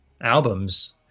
albums